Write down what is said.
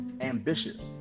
ambitious